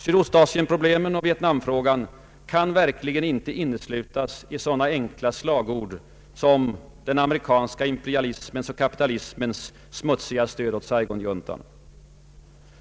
Sydostasienproblemen och Vietnamfrågan kan verkligen inte inneslutas i sådana enkla slagord som ”den amerikanska imperialismens och kapitalismens smutsiga stöd åt Saigonjuntan”.